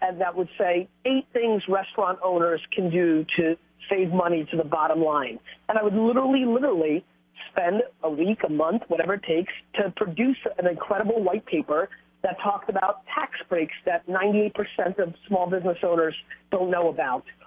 and that would say eight things restaurant owners can do to save money to the bottom line and i would literally literally spend a week, a month, whatever it takes to produce an incredible white paper that talked about tax breaks that ninety percent of small business owners don't know about,